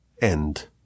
end